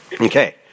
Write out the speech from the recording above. Okay